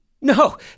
No